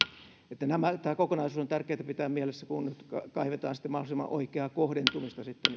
tämä kokonaisuus on tärkeätä pitää mielessä kun nyt kaivetaan sitten mahdollisimman oikeaa kohdentumista sitten